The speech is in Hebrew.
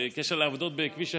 בקשר לעבודות בכביש 1,